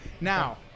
Now